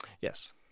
Yes